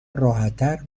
راحتتر